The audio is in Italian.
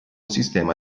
sistema